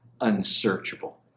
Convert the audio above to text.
unsearchable